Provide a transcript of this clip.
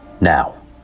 now